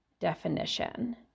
definition